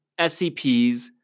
SCPs